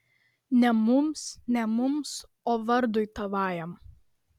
ne mums ne mums o vardui tavajam